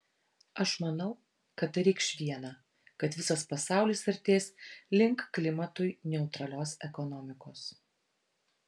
aš manau kad tai reikš viena kad visas pasaulis artės link klimatui neutralios ekonomikos